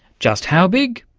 just how big?